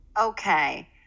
Okay